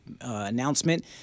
announcement